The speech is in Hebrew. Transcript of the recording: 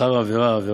ושכר עבירה, עבירה.